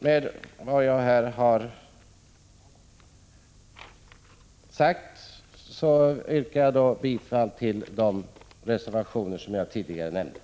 Med vad jag har sagt yrkar jag bifall till de reservationer jag tidigare nämnt.